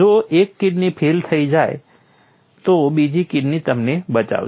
જો એક kidney fail થઈ જશે તો બીજી કિડની તમને બચાવશે